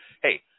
hey